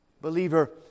Believer